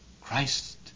Christ